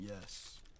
Yes